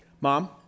Mom